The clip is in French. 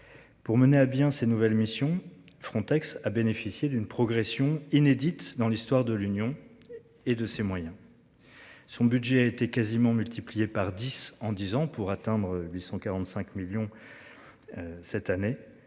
Pour mener à bien ces nouvelles missions Frontex a bénéficié d'une progression inédite dans l'histoire de l'Union et de ses moyens. Son budget a été quasiment multiplié par 10 en 10 ans pour atteindre les 145 millions. Cette année,